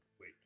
wait